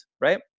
right